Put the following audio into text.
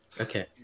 Okay